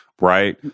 Right